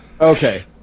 okay